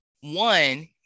One